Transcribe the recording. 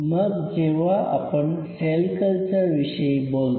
मग जेव्हा आपण सेल कल्चरविषयी बोलतो